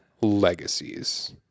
legacies